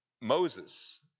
Moses